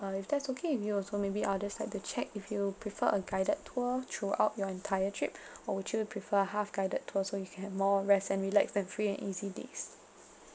err if that's okay with you also maybe I'll just like to check with you prefer a guided tour throughout your entire trip or would you prefer half guided tour so you can have more rest and relax and free and easy days